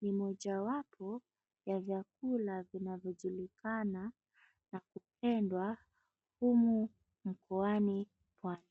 ni mojawapo ya vyakula vinavyojulikana na kupendwa humu mkoani pwani.